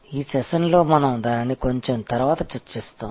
ఈ సెషన్ లో మనం దానిని కొంచెం తరువాత చర్చిస్తాము